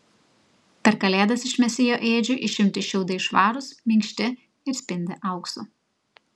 per kalėdas iš mesijo ėdžių išimti šiaudai švarūs minkšti ir spindi auksu